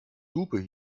lupe